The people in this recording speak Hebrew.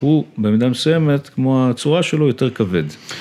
הוא במידה מסוימת, כמו הצורה שלו, יותר כבד.